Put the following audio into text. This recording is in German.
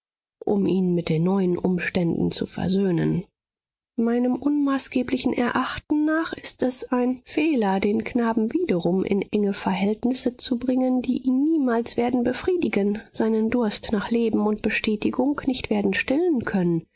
um ihn mit den neuen umständen zu versöhnen meinem unmaßgeblichen erachten nach ist es ein fehler den knaben wiederum in enge verhältnisse zu bringen die ihn niemals werden befriedigen seinen durst nach leben und betätigung nicht werden stillen können